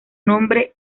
nombre